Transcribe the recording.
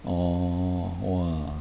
orh !wah!